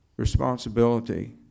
responsibility